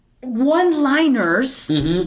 one-liners